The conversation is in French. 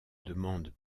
demandes